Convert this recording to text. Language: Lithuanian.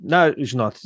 na žinot